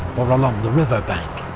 or along the river bank.